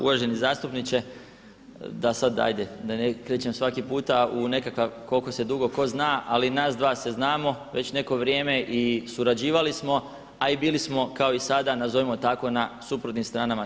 Uvaženi zastupniče, da sada ne krećem svaki puta u nekakav koliko se dugo ko zna, ali nas dva se znamo već neko vrijeme i surađivali smo, a i bili smo kao i sada nazovimo tako na suprotnim stranama.